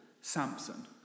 Samson